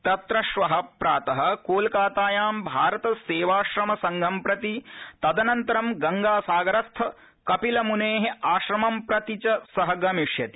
तत्र श्व प्रात कोलकातायां भारत सेवाश्रम संघं प्रति तदनन्तरं गंगासागरस्थ कपिलमुने आश्रमं प्रति च गमिष्यति